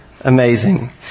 Amazing